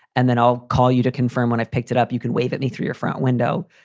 and then i'll call you to confirm when i've picked it up, you can wave at me through your front window.